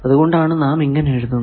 അതുകൊണ്ടാണ് നാം ഇങ്ങനെ എഴുതുന്നത്